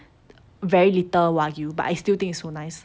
very little wagyu but I still think it's so nice